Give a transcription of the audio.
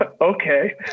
Okay